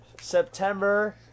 September